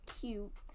cute